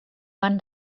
van